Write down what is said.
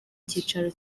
cicaro